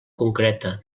concreta